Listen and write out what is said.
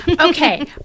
Okay